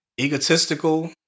Egotistical